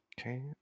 okay